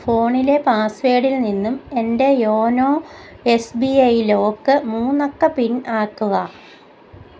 ഫോണിലെ പാസ്വേഡിൽ നിന്നും എൻ്റെ YONO S B I lock മൂന്ന് അക്ക പിൻ ആക്കുക